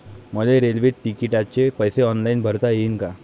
मले रेल्वे तिकिटाचे पैसे ऑनलाईन भरता येईन का?